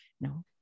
no